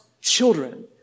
children